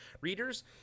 readers